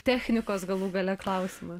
technikos galų gale klausimas